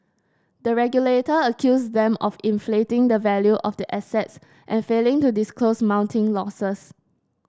the regulator accused them of inflating the value of the assets and failing to disclose mounting losses